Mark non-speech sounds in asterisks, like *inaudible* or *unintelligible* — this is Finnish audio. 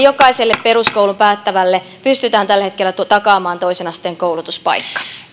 *unintelligible* jokaiselle peruskoulun päättävälle pystytään tällä hetkellä takaamaan toisen asteen koulutuspaikka